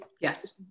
Yes